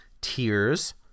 Tears